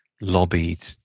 lobbied